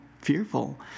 fearful